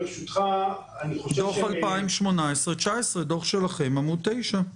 דוח 2018-2019, עמוד 9,